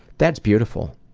that's beautiful.